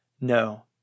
No